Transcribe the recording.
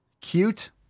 Cute